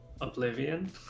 Oblivion